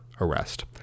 arrest